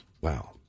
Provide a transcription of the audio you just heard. Wow